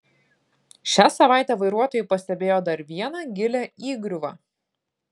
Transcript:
šią savaitę vairuotojai pastebėjo dar vieną gilią įgriuvą